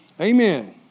Amen